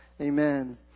Amen